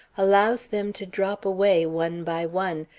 allows them to drop away one by one,